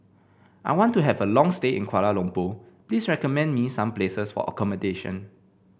I want to have a long stay in Kuala Lumpur please recommend me some places for accommodation